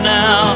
now